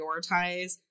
prioritize